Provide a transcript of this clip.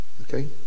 okay